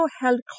held